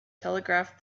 telegraph